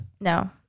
No